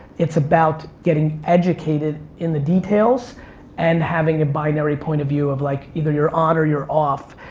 it's about getting educated in the details and having a binary point of view of like, either you're on or you're off.